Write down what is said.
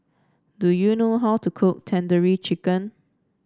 do you know how to cook Tandoori Chicken